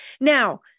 Now